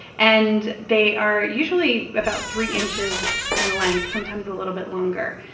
and they are usually about three inches in length sometimes a little bit longer.